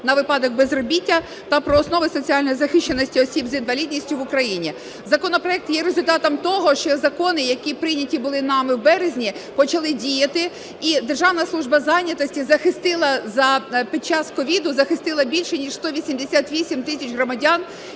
на випадок безробіття та про основи соціальної захищеності осіб з інвалідністю в Україні". Законопроект є результатом того, що закони, які прийняті були нами в березні, почали діяти. І Державна служба занятості захистила, під час COVID захистила більше ніж 188 тисяч громадян,